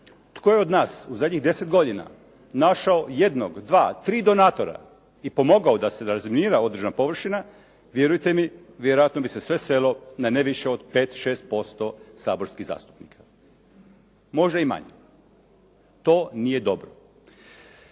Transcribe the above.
tko je od nas u zadnjih 10 godina našao jednog, dva, tri donatora i pomagao da se razminira određena površina, vjerujte mi vjerojatno bi se sve svelo na ne više od 5, 6% saborskih zastupnika, možda i manje. To nije dobro.